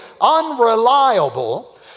unreliable